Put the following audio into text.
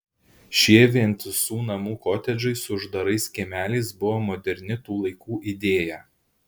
šie vientisų namų kotedžai su uždarais kiemeliais buvo moderni tų laikų idėja